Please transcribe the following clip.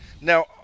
Now –